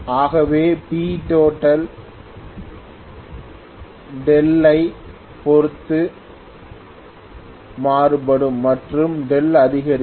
ஆகவே Ptotal δ ஐ பொறுத்து மாறுபடும் மற்றும் δ அதிகரிக்கும்